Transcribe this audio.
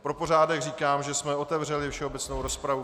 Pro pořádek říkám, že jsme otevřeli všeobecnou rozpravu.